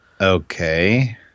Okay